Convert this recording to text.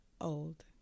old